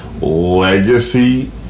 legacy